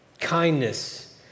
kindness